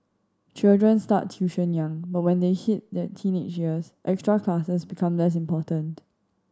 children start tuition young but when they hit their teenage years extra classes become less important